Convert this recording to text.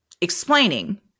Explaining